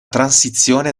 transizione